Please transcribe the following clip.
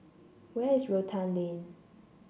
where is Rotan Lane